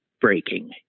breaking